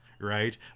right